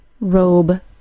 Robe